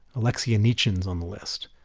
alexei anichin, is on the list.